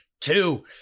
two